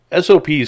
SOPs